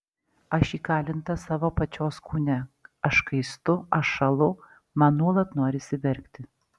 aš įkalinta savo pačios kūne aš kaistu aš šąlu man nuolat norisi verkti